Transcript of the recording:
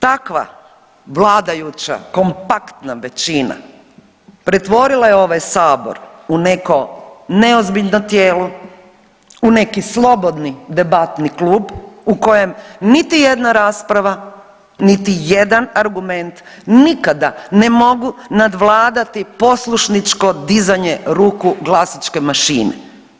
Takva vladajuća kompaktna većina pretvorila je ovaj sabor u neko neozbiljno tijelo u neki slobodni debatni klub u kojem niti jedna rasprava, niti jedan argument nikada ne mogu nadvladati poslušničko dizanje ruku glasačke mašine.